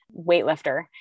weightlifter